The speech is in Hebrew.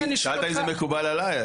שאלת אם זה מקובל עליי.